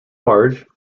large